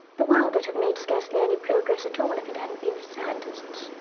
the world would have made scarcely any progress at all but if it hadn't been for scientists.